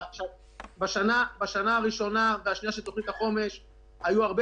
בשנה הראשונה והשנייה של תוכנית החומש היו הרבה